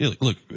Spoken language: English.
Look